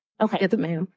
Okay